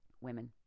Women